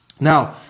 Now